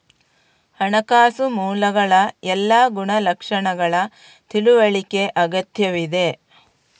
ಹಣಕಾಸು ಮೂಲಗಳ ಎಲ್ಲಾ ಗುಣಲಕ್ಷಣಗಳ ತಿಳುವಳಿಕೆ ಅಗತ್ಯವಿದೆ